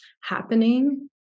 happening